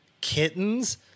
kittens